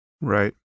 Right